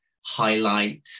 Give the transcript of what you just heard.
highlight